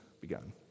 begun